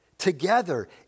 Together